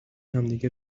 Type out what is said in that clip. همدیگه